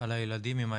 על הילדים עם האלרגיות.